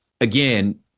again